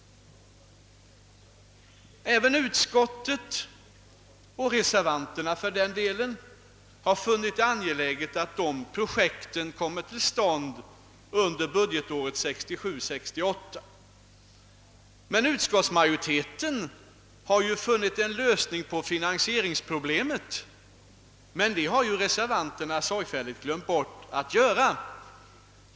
Både utskottet och reservanterna har funnit det angeläget att dessa projekt kommer till stånd under budgetåret 1967/68. Utskottsmajoriteten har emellertid funnit en lösning på finansieringsproblemet, men det har reservanterna SsOorgfälligt glömt bort att göra.